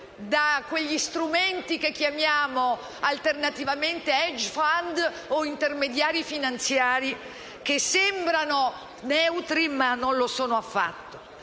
da quegli strumenti che chiamiamo alternativamente *hedge funds* o intermediari finanziari, che sembrano neutri ma non lo sono affatto.